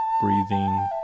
breathing